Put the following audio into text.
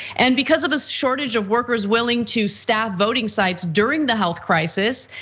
and because of a shortage of workers willing to staff voting sites during the health crisis.